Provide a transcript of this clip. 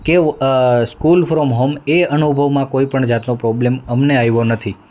કેવું school from home એ અનુભવમાં કોઈપણ જાતનો પ્રોબ્લ્મ અમને આવ્યો નથી